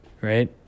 right